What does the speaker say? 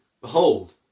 Behold